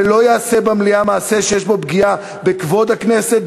ולא יעשה במליאה מעשה שיש בו פגיעה בכבוד הכנסת,